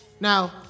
Now